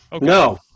No